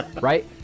right